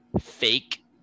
fake